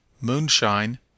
Moonshine